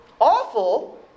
Awful